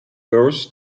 birth